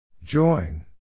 Join